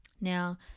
now